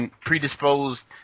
predisposed